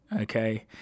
okay